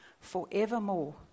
forevermore